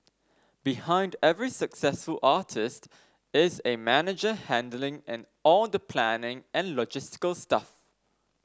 behind every successful artist is a manager handling and all the planning and logistical stuff